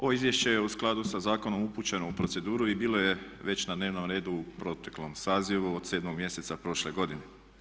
Ovo izvješće je u skladu sa zakonom upućeno u proceduru i bilo je već na dnevnom redu u proteklom sazivu od 7 mjeseca prošle godine.